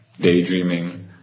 daydreaming